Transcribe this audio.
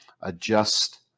adjust